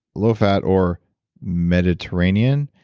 low fat, or mediterranean.